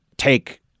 take